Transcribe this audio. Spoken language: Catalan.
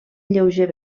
lleuger